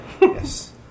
yes